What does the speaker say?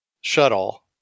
shuttle